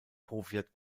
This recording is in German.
powiat